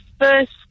first